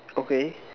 okay